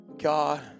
God